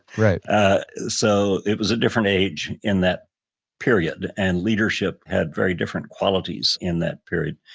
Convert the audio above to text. right ah so it was a different age in that period and leadership had very different qualities in that period.